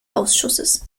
ausschusses